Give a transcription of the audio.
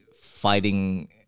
fighting